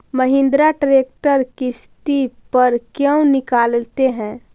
Mahindra tractor किसति पर क्यों निकालते हैं?